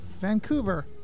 Vancouver